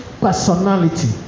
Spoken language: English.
personality